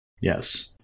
Yes